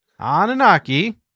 Anunnaki